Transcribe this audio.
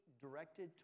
directed